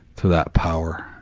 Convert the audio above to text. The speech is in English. to that power,